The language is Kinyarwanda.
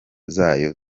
zayo